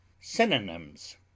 Synonyms